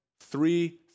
three